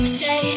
say